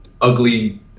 ugly